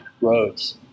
roads